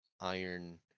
iron